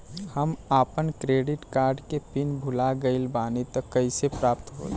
हम आपन credit card के पिन भुला गइल बानी त कइसे प्राप्त होई?